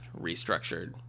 restructured